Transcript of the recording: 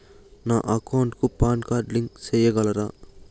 నా అకౌంట్ కు PAN card link సేయగలరా?